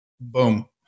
boom